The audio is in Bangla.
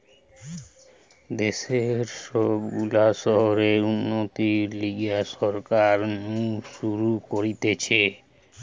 দেশের সব গুলা শহরের উন্নতির লিগে সরকার নু শুরু করতিছে